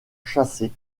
chassés